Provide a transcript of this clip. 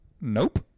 Nope